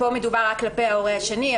פה מדובר רק כלפי ההורה השני.